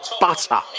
butter